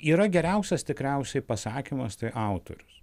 yra geriausias tikriausiai pasakymas tai autorius